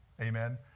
Amen